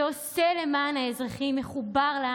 מחברת,